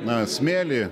na smėlį